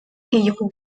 ayant